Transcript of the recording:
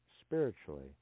spiritually